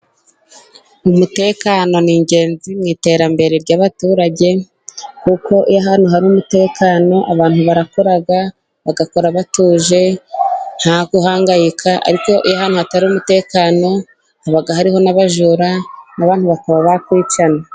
Umutekano ni ingenzi mu iterambere ry'abaturage kuko iyo ahantu hari umutekano abantu barakora, bagakora batuje nta guhangayika, ariko iyo ahantu hatari umutekano haba hariho n'abajura bakaba banakwicana.